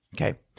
Okay